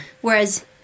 Whereas